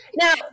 now